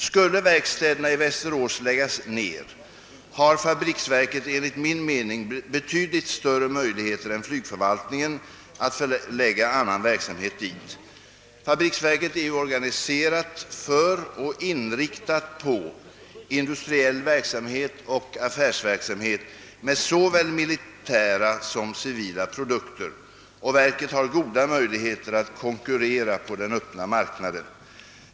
Skulle verkstäderna i Västerås läggas ner har fabriksverket enligt min mening betydligt större möjligheter än flygförvaltningen att förlägga annan verksamhet dit. Fabriksverket är ju organiserat för och inriktat på industriell verksamhet och affärsverksamhet med såväl militära som civila produkter, och verket har goda möjligheter att konkurrera på den öppna marknaden.